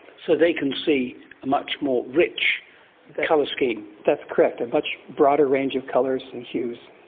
so they can see a much more rich colour scheme. that's correct, a much broader range of colours and hues.